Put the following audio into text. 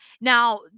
now